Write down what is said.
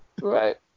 Right